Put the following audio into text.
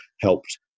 helped